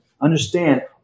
Understand